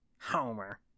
Homer